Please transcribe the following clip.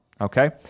okay